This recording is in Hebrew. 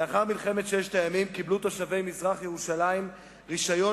לאחר מלחמת ששת הימים קיבלו תושבי מזרח-ירושלים רשיון